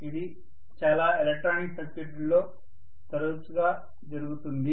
ఇది చాలా ఎలక్ట్రానిక్ సర్క్యూట్లలో తరచుగా జరుగుతుంది